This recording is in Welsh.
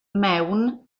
mewn